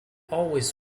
always